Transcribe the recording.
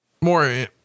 more